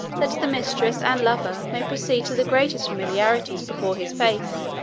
that the mistress and lover may proceed to the greatest familiarities before his face,